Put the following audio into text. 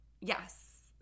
yes